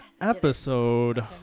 episode